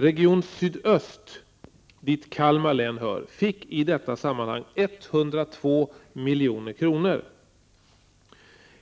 Region sydöst, dit Kalmar län hör, fick i detta sammanhang 102 milj.kr.